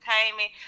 entertainment